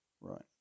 right